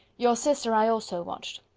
your sister i also watched.